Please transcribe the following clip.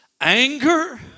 Anger